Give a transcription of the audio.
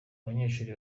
abanyeshuri